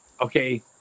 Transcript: Okay